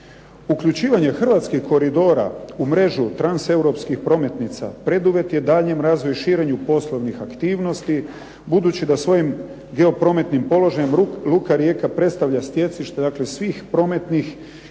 Uključivanje hrvatskih koridora u mrežu transeuropskih prometnica preduvjet je daljnjem razvoju i širenju poslovnih aktivnosti, budući da svojim geoprometnim položajem luka Rijeka predstavlja sjecište dakle svih prometnih i